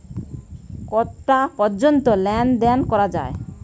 কটা পর্যন্ত লেন দেন করা য়ায়?